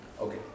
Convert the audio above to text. Okay